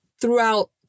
throughout